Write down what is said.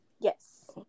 Yes